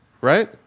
right